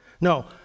No